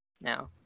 now